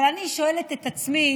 אבל אני שואלת את עצמי: